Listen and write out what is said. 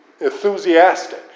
enthusiastic